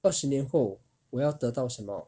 二十年后我要得到什么